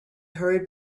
hurried